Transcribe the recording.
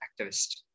activist